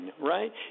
right